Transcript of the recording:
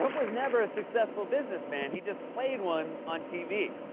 was never a successful businessman. he just played one on tv.